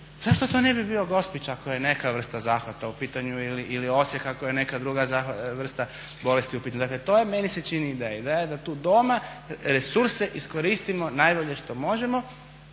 Zašto to ne bi bio Gospić ako je neka vrsta zahvata u pitanju ili Osijek ako je neka druga vrsta bolesti u pitanju, dakle to je meni se čini ideja. Ideja da je tu doma resurse iskoristimo najbolje što možemo